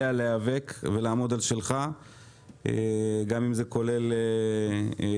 להיאבק ולעמוד על שלך גם אם זה כולל עימותים.